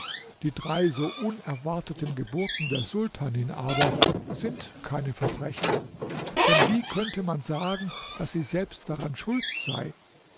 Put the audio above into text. die drei so unerwarteten geburten der sultanin aber sind keine verbrechen denn wie könnte man sagen daß sie selbst daran schuld sei